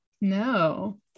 no